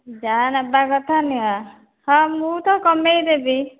ଯାହା ନେବା କଥା ନିଅ ହଁ ମୁଁ ତ କମାଇ ଦେବି